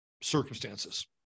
circumstances